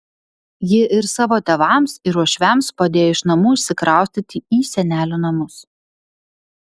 ji ir savo tėvams ir uošviams padėjo iš namų išsikraustyti į senelių namus